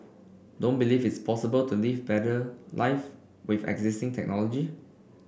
don't believe it's possible to live better life with existing technology